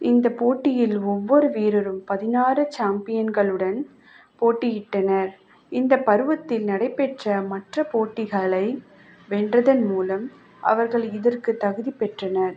இந்தப் போட்டியில் ஒவ்வொரு வீரரும் பதினாறு சாம்பியன்களுடன் போட்டியிட்டனர் இந்த பருவத்தில் நடைபெற்ற மற்ற போட்டிகளை வென்றதன் மூலம் அவர்கள் இதற்குத் தகுதி பெற்றனர்